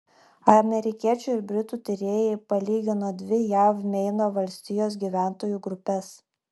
amerikiečių ir britų tyrėjai palygino dvi jav meino valstijos gyventojų grupes